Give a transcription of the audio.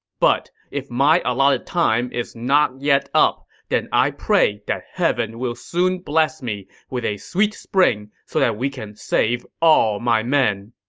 but if my allotted time is not yet up, then i pray that heaven will soon bless me with a sweet spring so that we can save all my men!